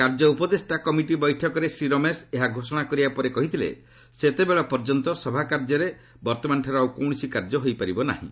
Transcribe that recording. କାର୍ଯ୍ୟ ଉପଦେଷ୍ଟା କମିଟି ବୈଠକରେ ଶ୍ରୀ ରମେଶ ଏହା ଘୋଷଣା କରିବା ପରେ କହିଥିଲେ ସେତେବେଳ ପର୍ଯ୍ୟନ୍ତ ସଭା ଗୃହରେ ବର୍ତ୍ତମାନଠାରୁ ଆଉ କୌଣସି କାର୍ଯ୍ୟ ହୋଇପାରିବ ନାହିଁ